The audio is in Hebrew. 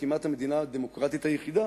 וכמעט המדינה הדמוקרטית היחידה